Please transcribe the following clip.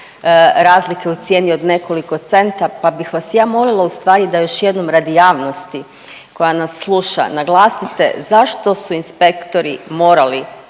razlika u cijeni od nekoliko centa, pa bih vas ja molila ustvari da još jednom radi javnosti koja nas sluša naglasite zašto su inspektori morali